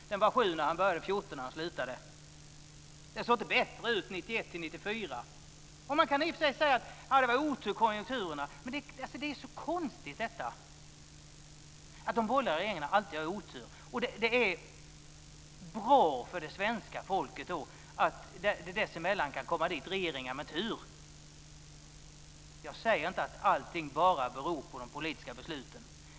Den var 7 % när han började och 14 % när han slutade. Det såg inte bättre ut 1991-1994. Man kan i och för sig säga att det var otur med konjunkturerna. Men det är så konstigt att de borgerliga regeringarna alltid har otur, och det är bra för det svenska folket att det dessemellan kan komma regeringar med tur. Jag säger inte att allting bara beror på de politiska besluten.